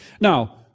Now